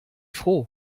froh